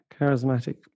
charismatic